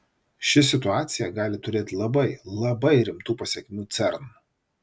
ši situacija gali turėti labai labai rimtų pasekmių cern